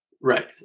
right